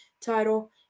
title